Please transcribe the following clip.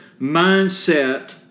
mindset